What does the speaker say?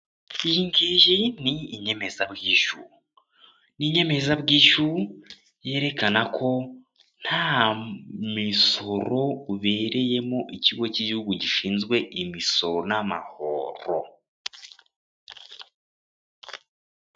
Iyi ngiyi ni inyemeza bwishyu. Ni inyemeza bwishyu yerekana ko nta misoro ubereyemo ikigo cy'Igihugu gishinzwe imisoro n'amahoro.